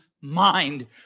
mind